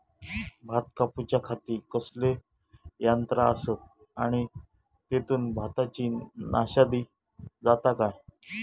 भात कापूच्या खाती कसले यांत्रा आसत आणि तेतुत भाताची नाशादी जाता काय?